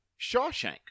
Shawshank